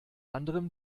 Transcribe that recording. anderem